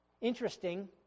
Interesting